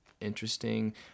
interesting